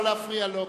לא להפריע לו,